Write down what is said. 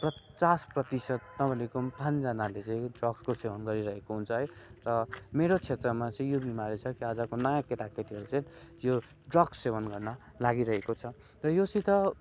पचास प्रतिशत नभनेको पनि पाँचजनाले चाहिँ ड्रग्सको सेवन गरिरहेको हुन्छ है र मेरो क्षेत्रमा चाहिँ यो बिमारी छ कि आजको नयाँ केटा केटीहरू चाहिँ यो ड्रग्स सेवन गर्न लागिरहेको छ योसित